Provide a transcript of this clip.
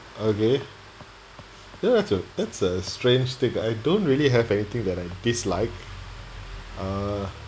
okay ya that's a that's a strange stick I don't really have anything that I dislike uh